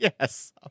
Yes